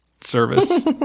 service